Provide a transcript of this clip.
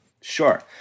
Sure